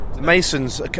Masons